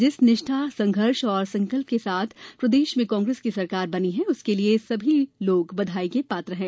जिस निष्ठा संघर्ष और संकल्प के साथ प्रदेश में कांग्रेस की सरकार बनी है उसके लिए सभी लोग बधाई के पात्र हैं